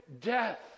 death